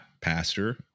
Pastor